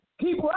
Keep